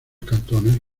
cantones